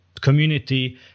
community